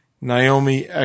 Naomi